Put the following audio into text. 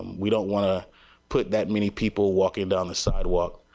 we don't want to put that many people walking down sidewalk.